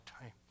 time